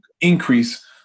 increase